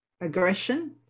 Aggression